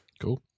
Cool